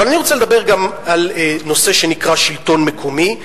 ואני רוצה לדבר גם על נושא שנקרא שלטון מקומי,